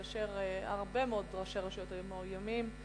כאשר הרבה מאוד ראשי רשויות היו מאוימים.